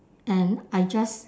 and I just